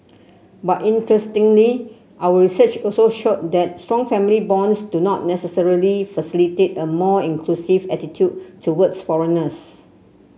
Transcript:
but interestingly our research also showed that strong family bonds do not necessarily facilitate a more inclusive attitude towards foreigners